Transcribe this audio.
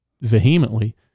vehemently